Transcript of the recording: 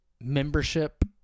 membership